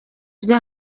byo